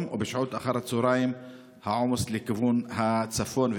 ובשעות אחר הצוהריים העומס לכיוון צפון.